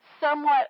somewhat